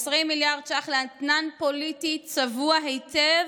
20 מיליארד ש"ח לאתנן פוליטי צבוע היטב,